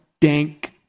dank